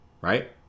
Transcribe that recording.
right